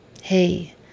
hey